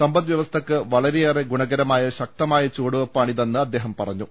സമ്പദ് വൃവസ്ഥയ്ക്ക് വളരെയേറെ ഗുണകരമായ ശക്തമായ ചുവടുവെപ്പാണി തെന്ന് അദ്ദേഹം പറഞ്ഞു